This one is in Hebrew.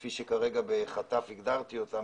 כפי שכרגע בחטף הגדרתי אותם,